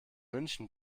münchen